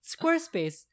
Squarespace